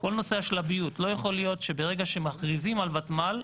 כל נושא השלביות לא יכול להיות שברגע שמכריזים על ותמ"ל,